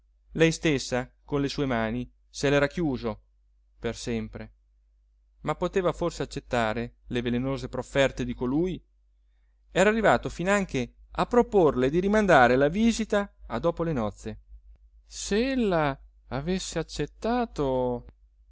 lei stessa con le sue mani se l'era chiuso per sempre ma poteva forse accettare le velenose profferte di colui era arrivato finanche a proporle di rimandare la visita a dopo le nozze se ella avesse accettato